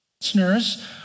listeners